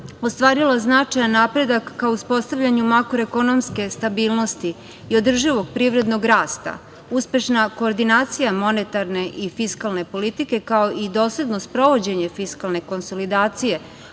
ostvarila značajan napredak ka uspostavljanju makroekonomske stabilnosti i održivog privrednog rasta. Uspešna koordinacija monetarne i fiskalne politike, kao i dosledno sprovođenje fiskalne konsolidacije